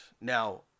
Now